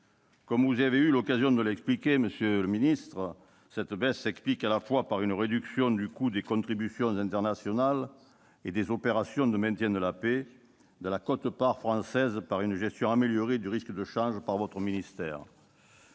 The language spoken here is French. Comme vous aviez eu l'occasion de l'expliquer, monsieur le ministre, cette baisse s'explique à la fois par une réduction du coût des contributions internationales et des opérations de maintien de la paix, par une diminution de la quote-part française et par une gestion améliorée du risque de change par votre ministère.